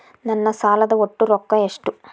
ನನ್ನ ಸಾಲದ ಒಟ್ಟ ರೊಕ್ಕ ಎಷ್ಟು?